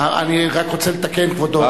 אני רוצה לתקן, כבודו.